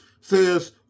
says